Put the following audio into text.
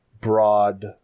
broad